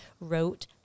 wrote